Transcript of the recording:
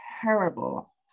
terrible